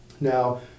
Now